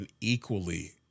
equally